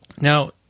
Now